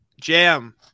Jam